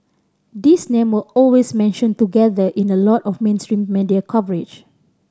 these name always mentioned together in a lot of mainstream media coverage